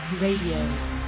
Radio